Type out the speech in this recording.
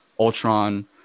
ultron